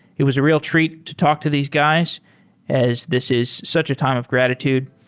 it was a real treat to talk to these guys as this is such a time of gratitude.